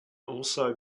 also